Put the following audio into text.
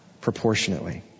proportionately